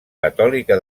catòlica